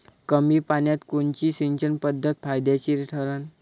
कमी पान्यात कोनची सिंचन पद्धत फायद्याची ठरन?